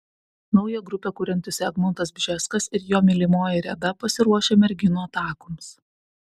naują grupę kuriantis egmontas bžeskas ir jo mylimoji reda pasiruošę merginų atakoms